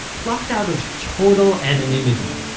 plucked out of total anonymity,